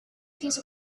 piece